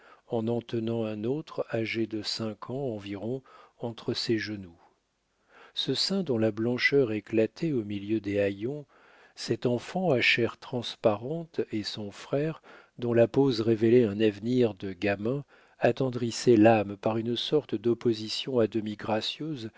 en en tenant un autre âgé de cinq ans environ entre ses genoux ce sein dont la blancheur éclatait au milieu des haillons cet enfant à chairs transparentes et son frère dont la pose révélait un avenir de gamin attendrissaient l'âme par une sorte d'opposition à